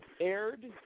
aired